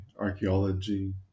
archaeology